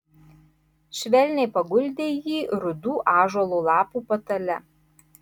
švelniai paguldė jį rudų ąžuolo lapų patale